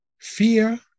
fear